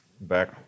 back